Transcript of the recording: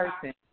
person